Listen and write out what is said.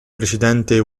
precedente